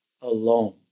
alone